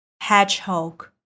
hedgehog